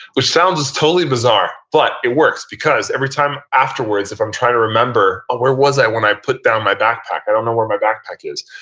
which sounds totally bizarre, but it works because every time afterwards if i'm trying to remember where was i when i put down my backpack, i don't know where my backpack is,